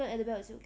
跟 adabel 也是有 gap